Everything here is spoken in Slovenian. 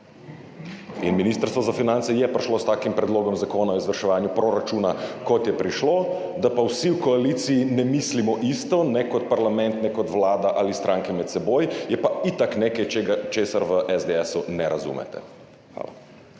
Ministrstvo za finance je prišlo s takim predlogom zakona o izvrševanju proračuna, kot je prišlo, da pa vsi v koaliciji ne mislimo isto, ne kot parlament, ne kot Vlada ali stranke med seboj, je pa itak nekaj, česar v SDS ne razumete. Hvala.